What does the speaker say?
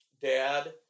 dad